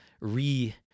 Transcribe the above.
re